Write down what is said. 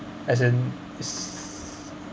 as in is